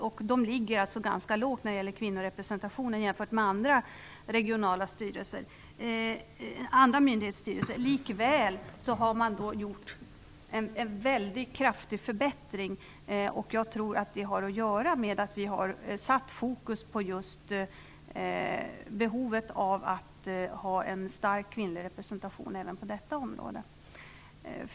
Man ligger ganska lågt när det gäller kvinnorepresentationen jämfört med andra myndighetsstyrelser. Likväl har man gjort en väldigt kraftig förbättring. Jag tror att det har att göra med att vi har satt fokus på behovet av att ha en stark kvinnlig representation även på detta område.